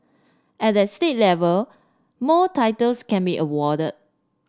at the state level more titles can be awarded